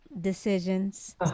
decisions